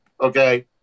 okay